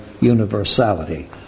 universality